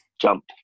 jump